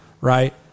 right